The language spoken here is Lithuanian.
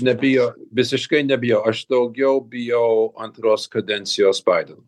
nebijau visiškai nebijau aš daugiau bijau antros kadencijos baideno